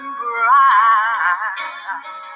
bright